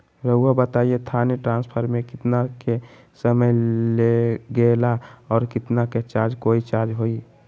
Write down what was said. रहुआ बताएं थाने ट्रांसफर में कितना के समय लेगेला और कितना के चार्ज कोई चार्ज होई?